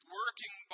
working